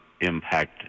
impact